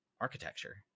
architecture